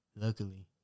Luckily